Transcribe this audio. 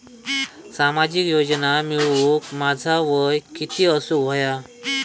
सामाजिक योजना मिळवूक माझा वय किती असूक व्हया?